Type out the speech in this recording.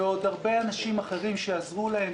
ועוד הרבה אנשים אחרים שעזרו להם,